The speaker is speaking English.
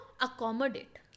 accommodate